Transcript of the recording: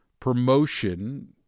promotion